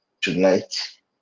tonight